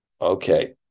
okay